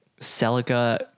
Celica